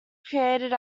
created